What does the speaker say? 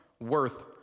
worth